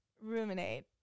ruminate